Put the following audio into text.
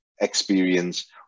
experience